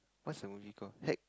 what the movie call heck